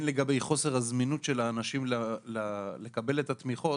לגבי חוסר הזמינות של האנשים לקבל את התמיכות,